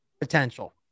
potential